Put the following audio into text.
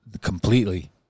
completely